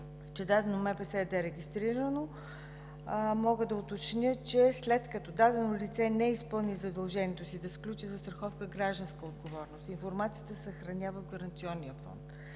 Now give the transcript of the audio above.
че дадено МПС е дерегистрирано, мога да уточня, че след като дадено лице не изпълни задължението си да сключи застраховка „Гражданска отговорност” информацията съхранява Гаранционният фонд.